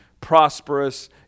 prosperous